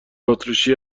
اتریشی